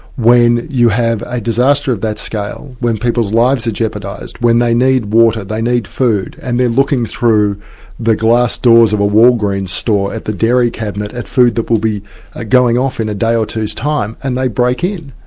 when you have a disaster of that scale, when people's lives are jeopardised, when they need water, they need food, and they're looking through the glass doors of a walgreen's store at the dairy cabinet at food that will be going off in a day or ah two's time, and they break in.